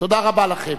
תודה רבה לכם.